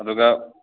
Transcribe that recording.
ꯑꯗꯨꯒ